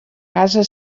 casa